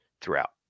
throughout